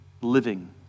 living